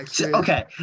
Okay